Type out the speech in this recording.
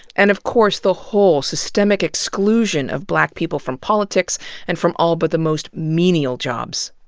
and of course the whole systemic exclusion of black people from politics and from all but the most menial jobs.